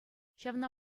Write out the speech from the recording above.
ҫавна